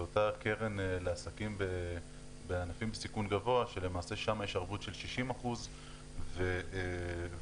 זו אותה קרן לעסקים בענפים בסיכון גבוה ולמעשה שם יש ערבות של 60%. רז,